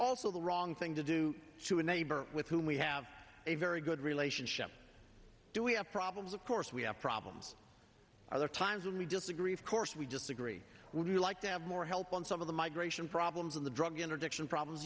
also the wrong thing to do to a neighbor with whom we have a very good relationship do we have problems of course we have problems other times when we disagree of course we disagree would you like to have more help on some of the migration problems in the drug interdiction problems